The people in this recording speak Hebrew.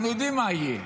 אנחנו יודעים מה יהיה,